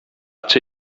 czy